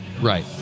Right